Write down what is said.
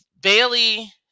Bailey